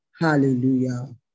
Hallelujah